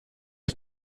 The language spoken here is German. ist